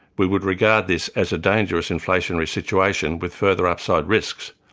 we would regard this as a dangerous inflationary situation with further upside risks,